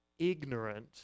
ignorant